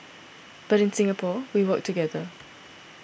but in Singapore we work together